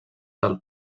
del